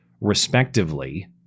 respectively